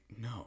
no